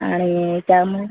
आणि त्यामं